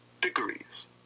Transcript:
degrees